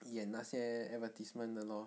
演那些 advertisement 的 lor